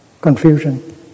confusion